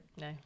No